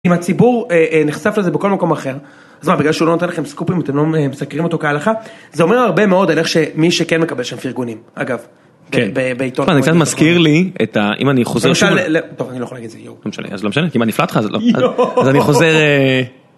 אם הציבור נחשף לזה בכל מקום אחר, אז מה, בגלל שהוא לא נותן לכם סקופים אתם לא מסקרים אותו כהלכה? זה אומר הרבה מאוד על איך שמי שכן מקבל שם פירגונים. אגב, בעיתון... אני קצת מזכיר לי את ה... אם אני חוזר... למשל... טוב, אני לא יכול להגיד את זה, יואו. למשל, כמעט נפלט לך אז אני חוזר...